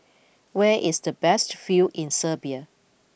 where is the best view in Serbia